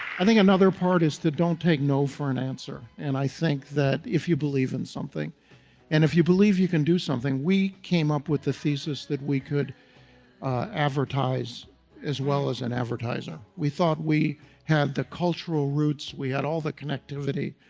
i think another part is to don't take no for an answer, and i think that if you believe in something, and if you believe you can do something, we came up with the thesis that we could advertise as well as an advertiser. we thought we had the cultural roots. we had all the connectivity.